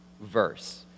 verse